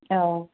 औ